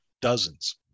dozens